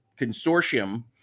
consortium